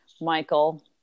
Michael